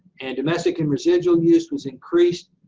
and domestic and residual use was increased,